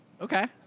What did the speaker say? Okay